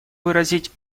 выразить